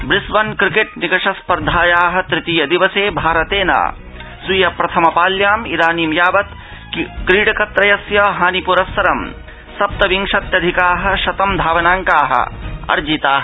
Brisbane cricket निकष स्पर्धायाः तृतीय दिवसे भारतेन स्वीय प्रथम पाल्याम् इदानी यावत् क्रीडक त्रयस्य हानि प्रस्सर सप्त विंशत्यधिकाः शतं धावनांकाः अर्जिताः